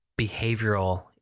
behavioral